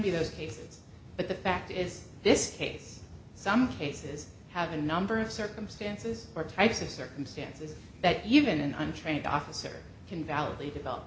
be those cases but the fact is this case some cases have a number of circumstances or types of circumstances that even an untrained officer can validly develop